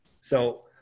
So-